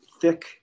thick